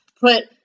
put